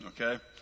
okay